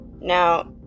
Now